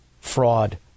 fraud